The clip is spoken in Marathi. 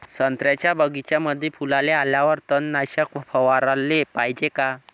संत्र्याच्या बगीच्यामंदी फुलाले आल्यावर तननाशक फवाराले पायजे का?